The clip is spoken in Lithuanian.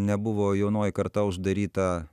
nebuvo jaunoji karta uždaryta